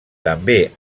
també